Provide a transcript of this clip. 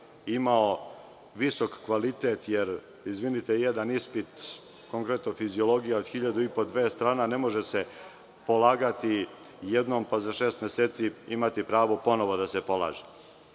imao visok kvalitet, jer izvinite, jedan ispit konkretno Fiziologija od hiljadu i po, dve strana, ne može se polagati jednom, pa za šest meseci imati pravo da se ponovo